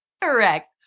Correct